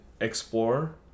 explore